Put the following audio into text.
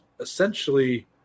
essentially